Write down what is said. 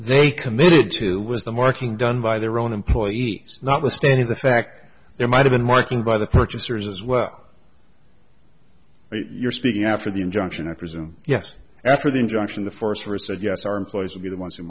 they committed to was the marking done by their own employees notwithstanding the fact there might have been marking by the purchasers as well you're speaking after the injunction i presume yes after the injunction the forest first said yes our employees would be the ones